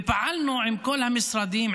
ופעלנו עם כל המשרדים,